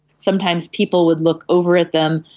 sometimes people would look over at them.